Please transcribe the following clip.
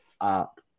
up